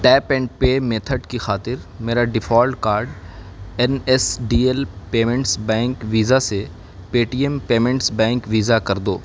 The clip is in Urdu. ٹیپ اینڈ پے میتھڈ کی خاطر میرا default card N S D L payments bank visa سے Paytm payments bank visa کر دو